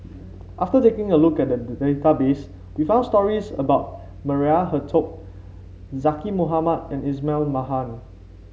after taking a look at the database we found stories about Maria Hertogh Zaqy Mohamad and Ismail Marjan